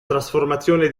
trasformazione